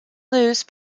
loose